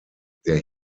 der